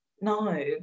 No